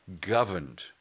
governed